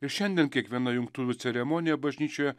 ir šiandien kiekviena jungtuvių ceremonija bažnyčioje